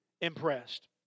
impressed